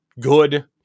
good